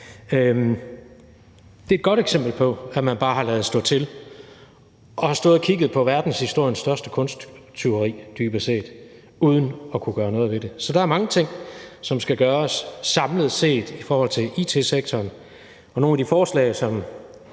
Det er et godt eksempel på, at man bare har ladet stå til og dybest set har stået og kigget på verdenshistoriens største kunsttyveri uden at kunne gøre noget ved det. Så der er mange ting, der skal gøres samlet set i forhold til it-sektoren, og nogle af de forslag,